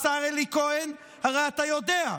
השר אלי כהן, הרי אתה יודע.